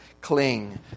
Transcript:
cling